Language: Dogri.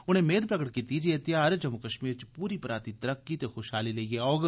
उनें मेद प्रगट कीती जे एह् ध्यार जम्मू कश्मीर च पूरी पराती तरक्की ते खुशहाली लेइयै औग